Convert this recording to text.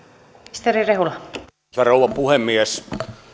arvoisa rouva puhemies